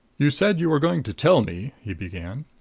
you said you were going to tell me he began.